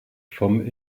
vom